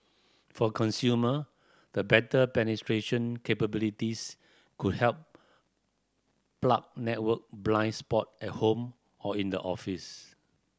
for consumer the better penetration capabilities could help plug network blind spot at home or in the office